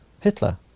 Hitler